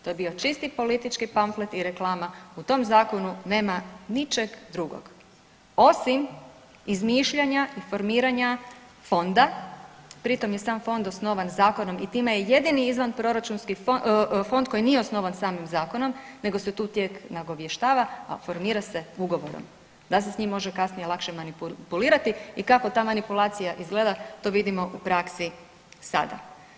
To je bio čisti politički pamflet i reklama, u tom zakonu nema ničeg drugog osim izmišljanja i formiranja fonda, pri tom je sam fond osnovan zakonom i time je jedini izvanproračunski fond, fond koji nije osnovan samim zakonom nego se tu tijek nagovještava, a formira se ugovorom da se s njim može kasnije lakše manipulirati i kako ta manipulacija izgleda to vidimo u praksi sada.